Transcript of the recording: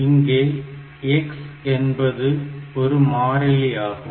இங்கே X என்பது ஒரு மாறிலி ஆகும்